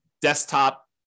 desktop